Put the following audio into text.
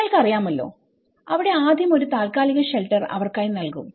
നിങ്ങൾക്ക് അറിയാമല്ലോ അവിടെ ആദ്യം ഒരു താൽക്കാലിക ഷെൽട്ടർ അവർക്കായി നൽകും